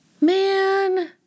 Man